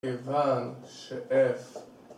‫כיוון שאף.